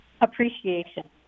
appreciation